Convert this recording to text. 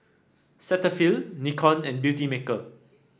Cetaphil Nikon and Beautymaker